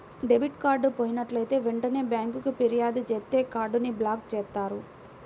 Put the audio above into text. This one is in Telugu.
డెబిట్ కార్డ్ పోయినట్లైతే వెంటనే బ్యేంకుకి ఫిర్యాదు చేత్తే కార్డ్ ని బ్లాక్ చేత్తారు